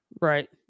Right